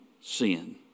sin